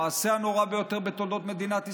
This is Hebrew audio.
המעשה הנורא ביותר בתולדות מדינת ישראל.